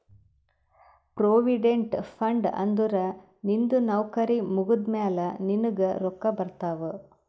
provident fund ಅಂದುರ್ ನಿಂದು ನೌಕರಿ ಮುಗ್ದಮ್ಯಾಲ ನಿನ್ನುಗ್ ರೊಕ್ಕಾ ಬರ್ತಾವ್